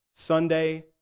Sunday